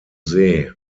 see